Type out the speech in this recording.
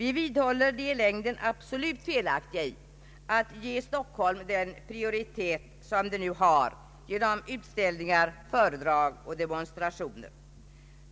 Vi vidhåller dock i detta sammanhang det i längden absolut felaktiga i att ge Stockholm den prioritet som det nu har på detta område.